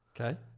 Okay